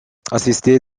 assisté